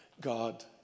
God